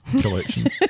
collection